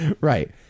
Right